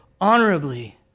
honorably